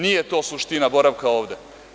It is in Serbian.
Nije to suština boravka ovde.